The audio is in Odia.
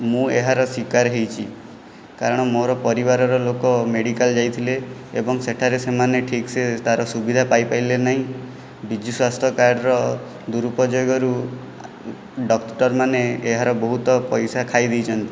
ମୁଁ ଏହାର ଶିକାର ହୋଇଛି କାରଣ ମୋର ପରିବାରର ଲୋକ ମେଡ଼ିକାଲ ଯାଇଥିଲେ ଏବଂ ସେଠାରେ ସେମାନେ ଠିକ୍ସେ ତାର ସୁବିଧା ପାଇ ପାଇଲେ ନାହିଁ ବିଜୁ ସ୍ୱାସ୍ଥ୍ୟ କାର୍ଡ଼ର ଦୁରୁପଯୋଗରୁ ଡକ୍ଟର ମାନେ ଏହାର ବହୁତ ପଇସା ଖାଇ ଦେଇଛନ୍ତି